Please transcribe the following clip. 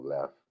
left